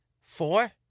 Four